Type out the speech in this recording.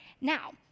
now